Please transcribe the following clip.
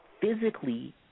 physically